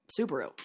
Subaru